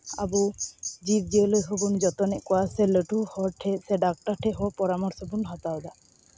ᱟᱵᱚ ᱡᱤᱵᱽᱼᱡᱤᱭᱟᱹᱞᱤ ᱦᱚᱸᱵᱚᱱ ᱡᱚᱛᱱᱮᱫ ᱠᱚᱣᱟ ᱥᱮ ᱞᱟᱹᱴᱩ ᱦᱚᱲ ᱴᱷᱮᱱ ᱥᱮ ᱰᱟᱠᱴᱚᱨ ᱴᱷᱮᱱ ᱦᱚᱸ ᱯᱚᱨᱟᱢᱚᱨᱥᱚ ᱵᱚᱱ ᱦᱟᱛᱟᱣᱫᱟ